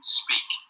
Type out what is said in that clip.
speak